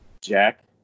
Jack